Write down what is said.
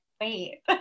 wait